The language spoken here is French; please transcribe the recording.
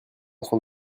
train